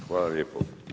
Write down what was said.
Hvala lijepo.